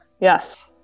Yes